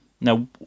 Now